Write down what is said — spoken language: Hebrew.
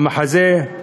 המחזה,